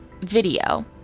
video